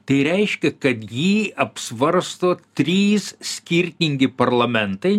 tai reiškia kad jį apsvarsto trys skirtingi parlamentai